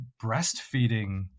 breastfeeding